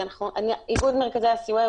ארגון מרכזי הסיוע,